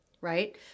right